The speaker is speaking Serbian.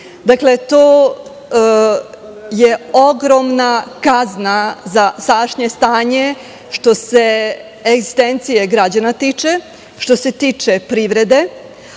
Dakle, to je ogromna kazna za sadašnje stanje, što se egzistencije građana tiče, što se tiče privrede,